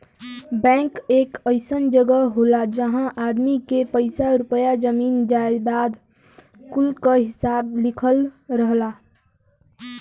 bank एक अइसन जगह होला जहां आदमी के पइसा रुपइया, जमीन जायजाद कुल क हिसाब लिखल रहला